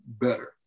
better